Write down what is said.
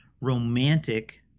romantic